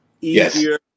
easier